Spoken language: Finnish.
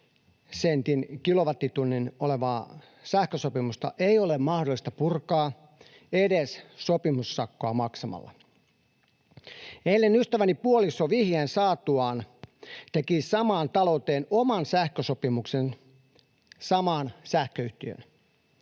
olevaa sähkösopimusta ei ole mahdollista purkaa edes sopimussakkoa maksamalla. Eilen ystäväni puoliso vihjeen saatuaan teki samaan talouteen oman sähkösopimuksen samaan sähköyhtiöön.